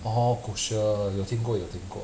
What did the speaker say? orh kosher 有听过有听过